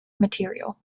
material